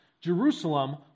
Jerusalem